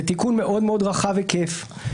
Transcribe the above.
זה תיקון מאוד מאוד רחב היקף.